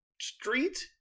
street